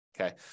Okay